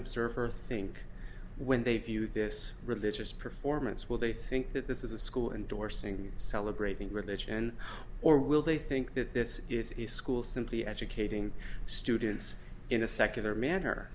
observer think when they view this religious performance will they think that this is a school indorsing celebrating religion or will they think that this is a school simply educating students in a secular manner